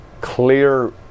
clear